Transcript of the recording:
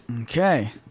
okay